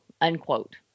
unquote